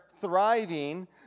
thriving